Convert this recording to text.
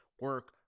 Work